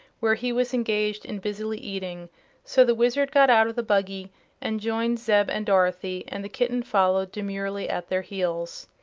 where he was engaged in busily eating so the wizard got out of the buggy and joined zeb and dorothy, and the kitten followed demurely at their heels.